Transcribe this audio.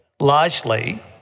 largely